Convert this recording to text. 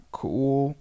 cool